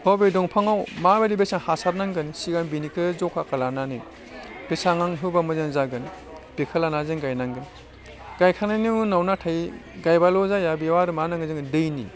बबे दंफांआव माबायदि बेसां हासार नांगोन सिगां बेनिखौ जखाखौ लानानै बेसेबां आं होबा मोजां जागोन बेखौ लाना जों गायनांगोन गायखांनायनि उनाव नाथाय गायबाल' जाया बेयाव आरो मा नांगोन जोंनो दैनि